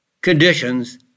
conditions